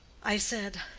i said,